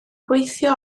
gweithio